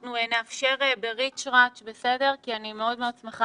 אנחנו נאפשר בריצ'רץ' כי אני מאוד מאוד שמחה